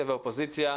ככל שיש דברים,